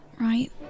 right